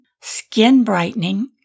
skin-brightening